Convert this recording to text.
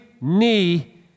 knee